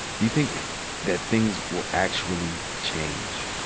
do you think that things will actually change?